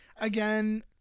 again